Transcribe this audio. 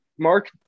Mark